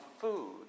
food